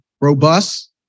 robust